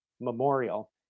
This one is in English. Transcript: memorial